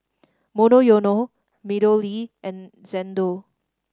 Monoyono MeadowLea and Xndo